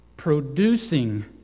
Producing